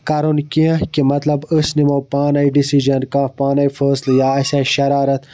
کَرُن کینٛہہ کہِ مطلب أسۍ نِمو پانے ڈیٚسِجَن کانٛہہ پانے فٲصلہٕ یا اَسہِ آسہِ شَرارَت